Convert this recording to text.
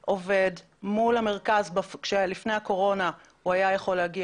לפני הקורונה הוא היה יכול להגיע